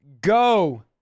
go